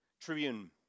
tribune